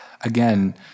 again